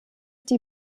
die